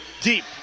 deep